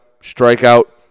strikeout